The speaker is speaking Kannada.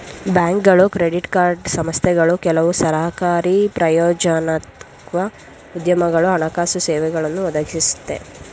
ಬ್ಯಾಂಕ್ಗಳು ಕ್ರೆಡಿಟ್ ಕಾರ್ಡ್ ಸಂಸ್ಥೆಗಳು ಕೆಲವು ಸರಕಾರಿ ಪ್ರಾಯೋಜಕತ್ವದ ಉದ್ಯಮಗಳು ಹಣಕಾಸು ಸೇವೆಗಳನ್ನು ಒದಗಿಸುತ್ತೆ